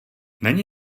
není